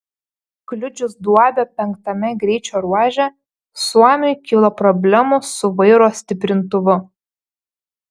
kliudžius duobę penktame greičio ruože suomiui kilo problemų su vairo stiprintuvu